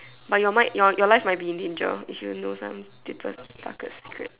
but your might your life might be in danger if you know some deepest darkest secrets